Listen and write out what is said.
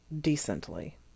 decently